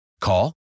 Call